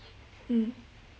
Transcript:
mm